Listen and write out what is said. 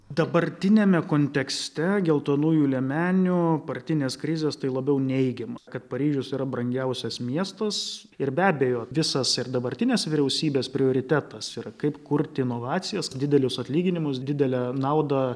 dabartiniame kontekste geltonųjų liemenių partinės krizės tai labiau neigiama kad paryžius yra brangiausias miestas ir be abejo visas ir dabartinės vyriausybės prioritetas yra kaip kurti inovacijas didelius atlyginimus didelę naudą